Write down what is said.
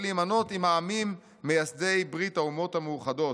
להימנות עם העמים מייסדי ברית האומות המאוחדות.